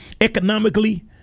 economically